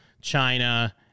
China